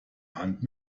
hand